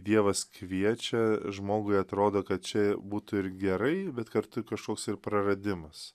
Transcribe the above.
dievas kviečia žmogui atrodo kad čia būtų ir gerai bet kartu kažkoks ir praradimas